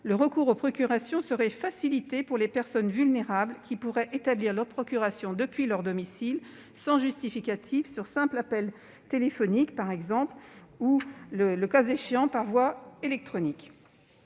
le recours aux procurations serait facilité pour les personnes vulnérables, qui pourraient en établir une depuis leur domicile, sans justificatif, notamment sur simple appel téléphonique ou, le cas échéant, par voie électronique.